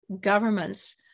governments